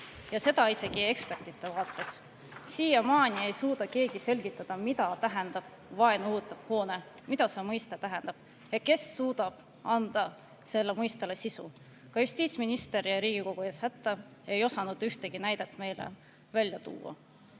ja seda isegi eksperdi vaates. Siiamaani ei suuda keegi selgitada, mida tähendab vaenu õhutav hoone. Mida see mõiste tähendab ja kes suudab anda sellele mõistele sisu? Ka justiitsminister jäi Riigikogu ees hätta, ei osanud ühtegi näidet välja tuua.